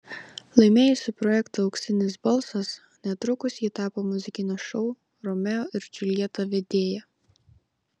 laimėjusi projektą auksinis balsas netrukus ji tapo muzikinio šou romeo ir džiuljeta vedėja